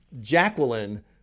Jacqueline